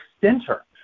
center